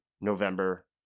November